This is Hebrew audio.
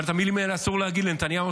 אבל את המילים האלה אסור להגיד לנתניהו,